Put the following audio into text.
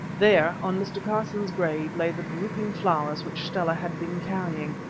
there, on mr. carson's grave, lay the drooping flowers which stella had been carrying,